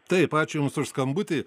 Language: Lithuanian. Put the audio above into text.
taip ačiū jums už skambutį